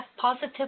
positive